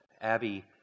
Abby